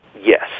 Yes